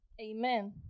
Amen